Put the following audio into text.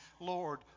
Lord